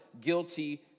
guilty